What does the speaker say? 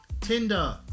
Tinder